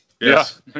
Yes